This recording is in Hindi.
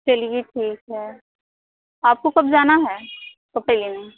चलिए ठीक है आपको कब जाना है कपड़े लेने